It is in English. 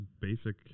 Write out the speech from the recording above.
basic